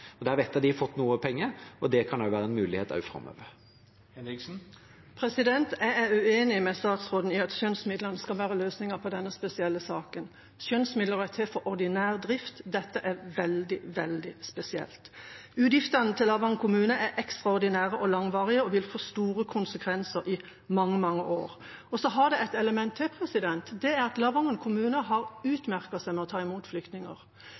Der vet jeg at kommunen har fått noe penger, og det kan også være en mulighet framover. Jeg er uenig med statsråden i at skjønnsmidlene skal være løsningen på denne spesielle saken. Skjønnsmidler er til for ordinær drift. Dette er veldig, veldig spesielt. Utgiftene til Lavangen kommune er ekstraordinære og langvarige og vil få store konsekvenser i mange, mange år. Så har det et element til, og det er at Lavangen kommune har utmerket seg med å ta imot flyktninger.